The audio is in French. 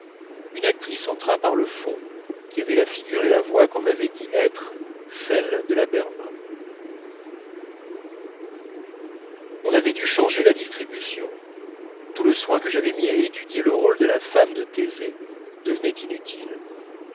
une actrice entra par le fond qui avait la figure et la voix qu'on m'avait dit être celles de la berma on avait dû changer la distribution tout le soin que j'avais mis à étudier le rôle de la femme de thésée devenait inutile